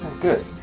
Good